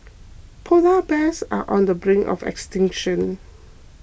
Polar Bears are on the brink of extinction